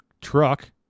truck